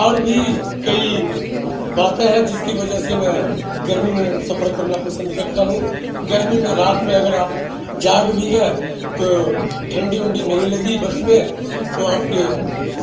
اور بھی کئی باتیں ہیں جس کی وجہ سے میں گرمی میں سفر کرنا پسند کرتا ہوں گرمی میں رات میں اگر آپ جاگ بھی گئے تو ٹھنڈی ونڈی نہیں لگی بس میں تو آپ کے